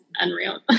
unreal